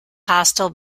hostel